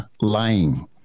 lying